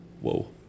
Whoa